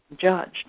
judged